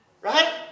Right